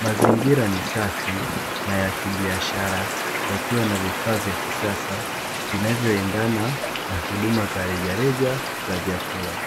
Mazingira ni safi na ya kibiashara, yakiwa na vifaa vya kisasa vinavyoendana na huduma za rejareja za vyakula.